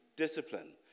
discipline